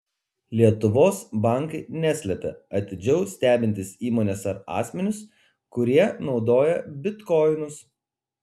lietuvos bankai neslepia atidžiau stebintys įmones ar asmenis kurie naudoja bitkoinus